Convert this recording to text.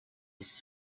his